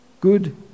good